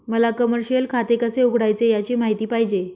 मला कमर्शिअल खाते कसे उघडायचे याची माहिती पाहिजे